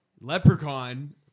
leprechaun